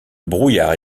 brouillard